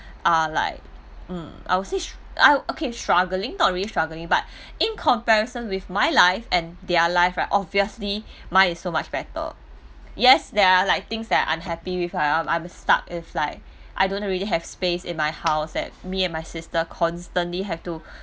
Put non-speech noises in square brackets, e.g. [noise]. [breath] uh like um I would say s~ I okay struggling not really struggling but [breath] in comparison with my life and their life lah obviously [breath] my is so much better yes there are like things that are unhappy with I'm stuck if like [breath] I don't really have space in my house that me and my sister constantly have to [breath]